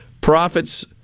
Profits